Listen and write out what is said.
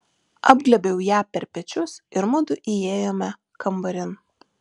apglėbiau ją per pečius ir mudu įėjome kambarin